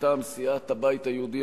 מטעם סיעת הבית היהודי,